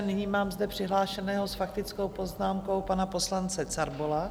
Nyní mám zde přihlášeného s faktickou poznámkou, pana poslance Carbola.